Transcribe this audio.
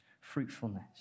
fruitfulness